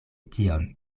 tion